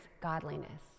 godliness